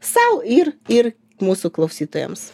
sau ir ir mūsų klausytojams